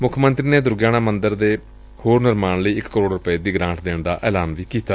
ਮੁੱਖ ਮੰਤਰੀ ਨੇ ਦੁਰਗਿਆਣਾ ਮੰਦਰ ਦੇ ਹੋਰ ਨਿਰਮਾਣ ਲਈ ਇਕ ਕਰੋੜ ਰੁਪਏ ਦੀ ਗਰਾਂਟ ਦੇਣ ਦਾ ਐਲਾਨ ਵੀ ਕੀਤਾ